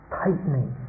tightening